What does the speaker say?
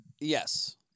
Yes